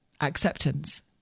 acceptance